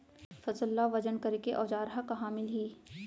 फसल ला वजन करे के औज़ार हा कहाँ मिलही?